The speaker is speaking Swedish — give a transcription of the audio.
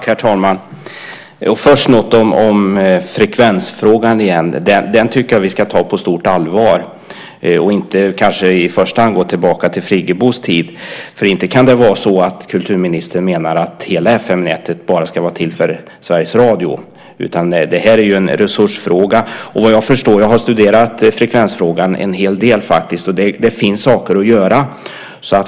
Herr talman! Först vill jag säga något som frekvensfrågan igen. Den tycker jag att vi ska ta på stort allvar och kanske inte i första hand gå tillbaka till Friggebos tid. Det kan inte vara så att kulturministern menar att hela FM-nätet bara ska vara till för Sveriges Radio. Det är en resursfråga. Jag har studerat frekvensfrågan en hel del. Det finns saker att göra.